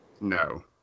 no